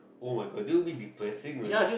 oh my god this one a bit depressing man